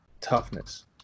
toughness